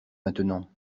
maintenant